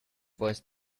voice